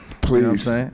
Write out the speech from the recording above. please